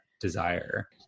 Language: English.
desire